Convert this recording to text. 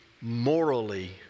morally